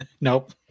Nope